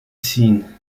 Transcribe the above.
seen